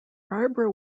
barbara